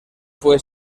fue